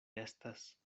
estas